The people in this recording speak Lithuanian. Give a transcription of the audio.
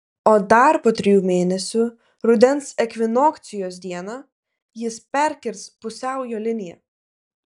o dar po trijų mėnesių rudens ekvinokcijos dieną jis perkirs pusiaujo liniją